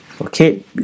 Okay